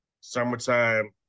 summertime